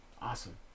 awesome